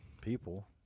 people